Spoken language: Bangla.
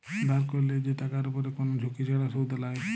ধার ক্যরলে যে টাকার উপরে কোন ঝুঁকি ছাড়া শুধ লায়